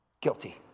guilty